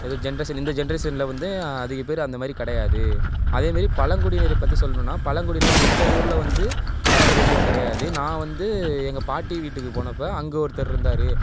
எதோ ஜென்ரேஷன் இந்த ஜென்ரேஷனில் வந்து அதிக பேர் அந்தமாதிரி கிடையாது அதேமாதிரி பழங்குடியினர் பற்றி சொல்லனுன்னா பழங்குடியினர் எங்கள் ஊரில் வந்து பழங்குடியினர் கிடையாது நான் வந்து எங்கள் பாட்டி வீட்டுக்கு போனப்போ அங்கே ஒருத்தர் இருந்தார்